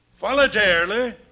Voluntarily